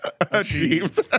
achieved